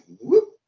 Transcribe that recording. whoop